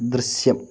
ദൃശ്യം